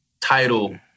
title